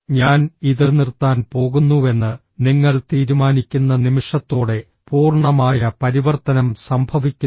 ഞാൻ ഇത് നിർത്താൻ പോകുന്നുവെന്ന് നിങ്ങൾ തീരുമാനിക്കുന്ന നിമിഷത്തോടെ പൂർണ്ണമായ പരിവർത്തനം സംഭവിക്കുന്നു